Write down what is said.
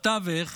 בתווך